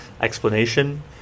explanation